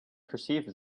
perceived